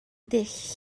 dull